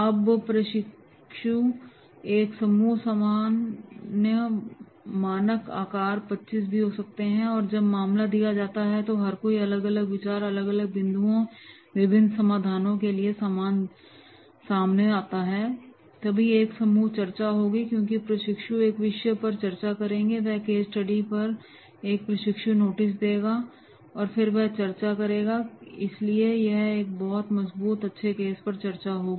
अब प्रशिक्षु का एक समूह का सामान्य मानक आकार पच्चीस भी हो सकता है और जब मामला दिया जाता है तो हर कोई अलग अलग विचार अलग अलग बिंदुओं विभिन्न समाधानों के साथ सामने आता है तभी एक समूह चर्चा होगी क्योंकि प्रशिक्षु एक विषय पर चर्चा करेंगे वह केस स्टडी प्रस्तुत करेंगे एक और प्रशिक्षु नोट्स को लेगा और फिर वह चर्चा करेगा इसलिए एक बहुत मजबूत और अच्छे केस पर चर्चा होगी